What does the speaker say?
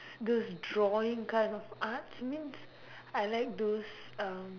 those drawing kind of arts means I like those um